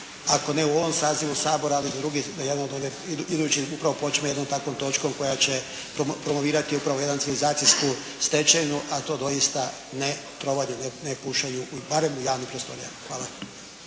ako ne u ovom sazivu Sabora, ali u drugim, jedno od one, iduće počme jednom takvom točkom koja će promovirati upravo jednu civilizacijsku stečevinu, a to doista ne trovanje, ne pušenju, barem u javnim prostorijama. Hvala.